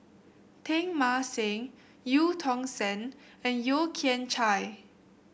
Teng Mah Seng Eu Tong Sen and Yeo Kian Chai